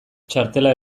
txartela